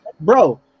bro